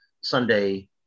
Sunday